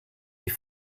die